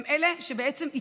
הם אלה שיתמכרו.